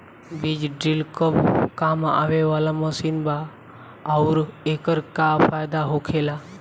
बीज ड्रील कब काम आवे वाला मशीन बा आऊर एकर का फायदा होखेला?